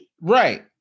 Right